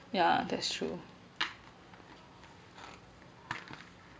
yeah that's true